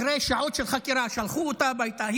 אחרי שעות של חקירה שלחו אותה הביתה.